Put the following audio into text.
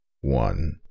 one